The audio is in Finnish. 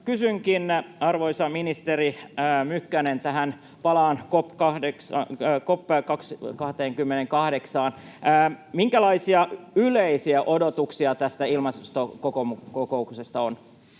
arvoisa ministeri Mykkänen — palaan COP 28:aan — minkälaisia yleisiä odotuksia tästä ilmastokokouksesta on?